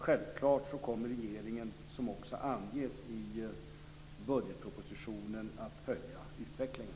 Självfallet kommer regeringen, som också anges i budgetpropositionen, att följa utvecklingen.